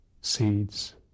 seeds